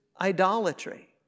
idolatry